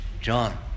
John